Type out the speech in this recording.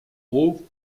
haut